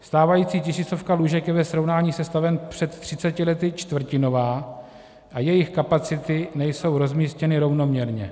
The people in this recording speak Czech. Stávající tisícovka lůžek je ve srovnání se stavem před třiceti lety čtvrtinová a jejich kapacity nejsou rozmístěny rovnoměrně.